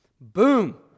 boom